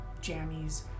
jammies